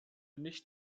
nicht